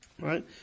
Right